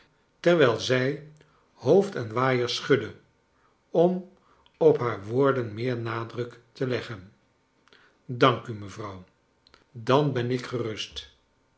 terwijl zij hoofd en waaier schudde om op haar woorden meer nadruk te leggen dank u mevrouw dan ben ik gerust